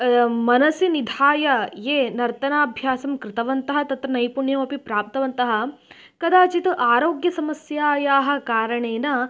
मनसि निधाय ये नर्तनाभ्यासं कृतवन्तः तत्र नैपुण्यमपि प्राप्तवन्तः कदाचित् आरोग्यसमस्यायाः कारणेन